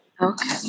Okay